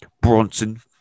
Bronson